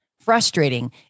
frustrating